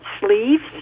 sleeves